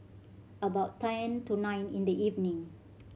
about ten to nine in the evening